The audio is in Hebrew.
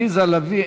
עליזה לביא,